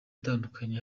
atandukanye